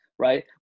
Right